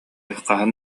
хаһан